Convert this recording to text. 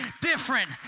different